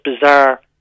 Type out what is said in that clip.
bizarre